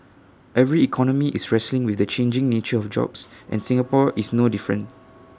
every economy is wrestling with the changing nature of jobs and Singapore is no different